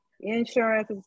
insurance